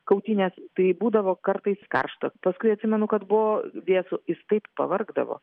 kautynes tai būdavo kartais karšta paskui atsimenu kad buvo vėsu jis taip pavargdavo